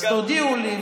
אז תודיעו לי,